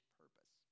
purpose